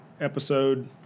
episode